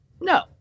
no